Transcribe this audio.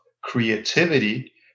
creativity